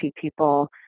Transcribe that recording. people